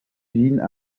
usines